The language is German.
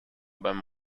beim